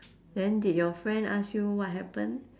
then did your friend ask you what happen